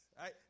right